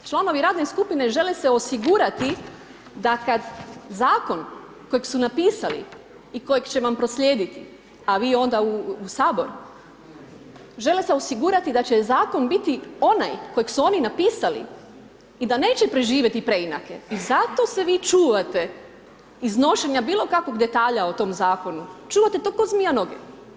Članovi radne skupine žele se osigurati da kad Zakon kojeg su napisali i kojeg će vam proslijediti, a vi onda u Sabor, žele se osigurati da će Zakon biti onaj kojeg su oni napisali i da neće preživjeti preinake i zato se vi čuvate iznošenja bilo kakvog detalja o tom Zakonu, čuvate to ko zmija noge.